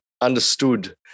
understood